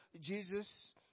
Jesus